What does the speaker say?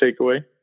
takeaway